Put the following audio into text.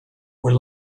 were